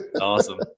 Awesome